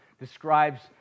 describes